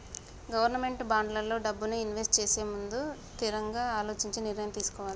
government బాండ్లల్లో డబ్బుని invest చేసేముందు తిరంగా అలోచించి నిర్ణయం తీసుకోవాలే